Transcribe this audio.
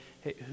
Hey